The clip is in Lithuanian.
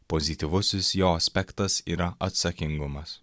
pozityvusis jo aspektas yra atsakingumas